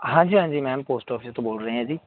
ਹਾਂਜੀ ਹਾਂਜੀ ma'am post office ਤੋਂ ਬੋਲ ਰਹੇ ਹਾਂ ਜੀ